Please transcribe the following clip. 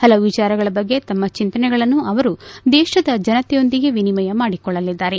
ಹಲವು ವಿಚಾರಗಳ ಬಗ್ಗೆ ತಮ್ನ ಚಿಂತನೆಗಳನ್ನು ಅವರು ದೇಶದ ಜನತೆಯೊಂದಿಗೆ ವಿನಿಮಯ ಮಾಡಿಕೊಳ್ಳಲಿದ್ದಾರೆ